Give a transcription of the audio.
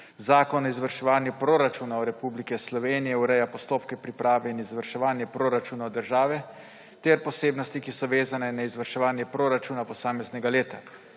Zakon o izvrševanju proračunov Republike Slovenije ureja postopke priprave in izvrševanja proračunov države ter posebnosti, ki so vezane na izvrševanje proračuna posameznega leta.